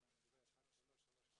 אני רוצה לברך את מנהלת הוועדה החדשה,